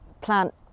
plant